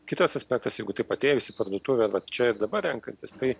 kitas aspektas jeigu taip atėjus į parduotuvę vat čia ir dabar renkantis tai